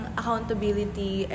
accountability